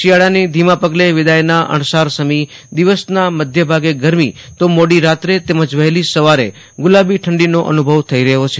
શિયાળાની ધીમા પગલે વિદાયના અણસારસમી દિવસના મધ્યભાગે ગરમી તો મોડી રાત્રે તેમજ વહેલી સવારે ગુલાબી ઠંડીનો અનુભવ થઇ રહ્યો છે